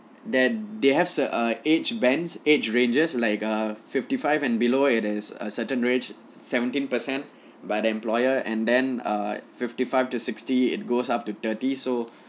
that they have uh age bands age ranges like uh fifty five and below it is uh certain range seventeen per cent by the employer and then err fifty five to sixty it goes up to thirty so